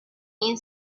این